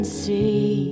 see